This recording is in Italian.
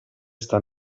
sta